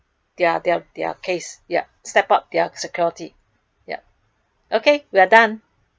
their their their case ya step up their security ya okay we are done